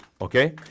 Okay